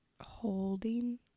holding